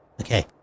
Okay